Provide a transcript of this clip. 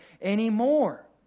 anymore